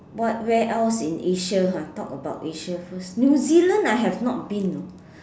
what where else in Asia !huh! talk about Asia first New Zealand I have not been you know